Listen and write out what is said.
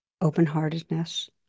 open-heartedness